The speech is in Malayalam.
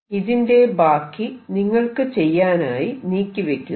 ഇതിന്റെ ബാക്കി നിങ്ങൾക്ക് ചെയ്യാനായി നീക്കി വെക്കുന്നു